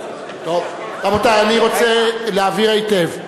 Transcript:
רבותי, אני רוצה להבהיר היטב: